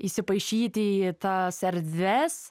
įsipaišyti į tas erdves